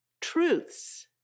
truths